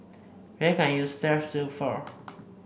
what can I use Strepsils for